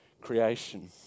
creation